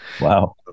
Wow